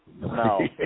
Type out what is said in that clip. No